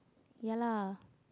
ya lah